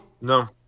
No